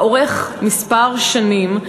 שנמשכות כמה שנים,